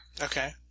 Okay